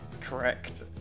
correct